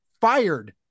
fired